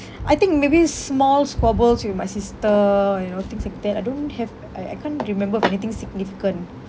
I think maybe s~ small squabbles with my sister you know things like that I don't have I I can't remember of anything significant